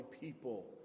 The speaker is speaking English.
people